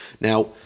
Now